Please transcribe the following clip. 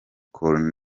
cool